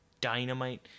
dynamite